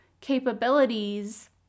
capabilities